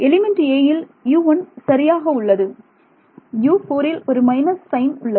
element 'a' இல் U1 சரியாக உள்ளது U4ல் ஒரு மைனஸ் சைன் உள்ளது